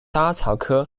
莎草科